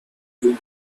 you